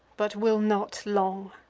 but will not long.